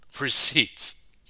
receipts